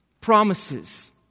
promises